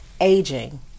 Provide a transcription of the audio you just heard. aging